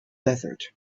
desert